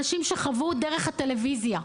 אנשים שחוו דרך הטלוויזיה.